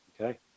okay